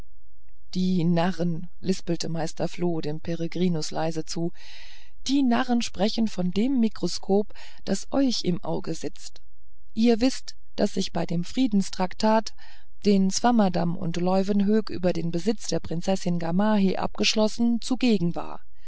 die narren lispelte meister floh dem peregrinus leise zu die narren sie sprechen von dem mikroskop das euch im auge sitzt ihr wißt daß ich bei dem friedenstraktat den swammerdamm und leuwenhoek über den besitz der prinzessin gamaheh abschlossen zugegen war